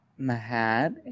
Mahad